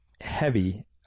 heavy